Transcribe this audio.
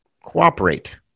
cooperate